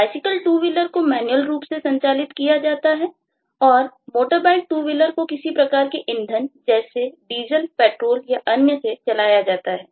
BiCycle TwoWheeler को manual रूप से संचालित किया जाता है और एक MotorBike TwoWheeler को किसी प्रकार के ईंधन जैसे डीजल पेट्रोल या अन्य से चलाया जाता है